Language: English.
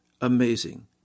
Amazing